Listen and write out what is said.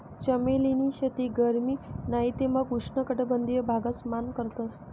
चमेली नी शेती गरमी नाही ते मंग उष्ण कटबंधिय भागस मान करतस